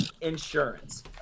insurance